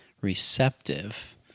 receptive